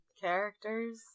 characters